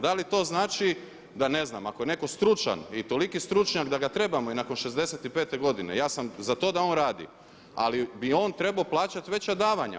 Da li to znači da ne znam ako je netko stručan i toliki stručnjak da ga trebamo i nakon 65 godine, ja sam za to da on radi ali bi on trebao plaćati veća davanja.